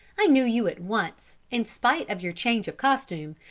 i knew you at once, in spite of your change of costume,